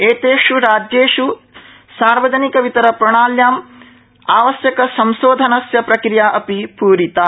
एतेष् राज्येष् सार्वजनिक वितरणप्रणाल्यां आवश्यकशंसोधनस्य प्रक्रिया अपि पूरिता